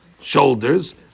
shoulders